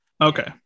okay